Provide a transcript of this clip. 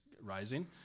rising